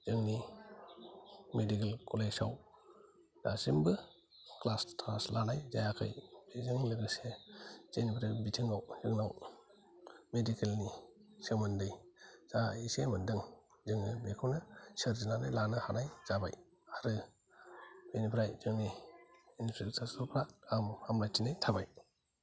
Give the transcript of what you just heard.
जोंनि medical college आव दासिमबो क्लास थास लानाय जायाखै बेजों लोगोसे जेनिफ्राय बिथिंआव जोंनाव मेडिकेल नि सोमोन्दै जा एसे मोन्दों जोङो बेखौनो सोरजिनानै लानो हानाय जाबाय आरो बेनिफ्राय जोंनि इनप्रास्ट्राकसार खौ गाहाम हामब्लायथिनाय थाबाय